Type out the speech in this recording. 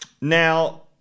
now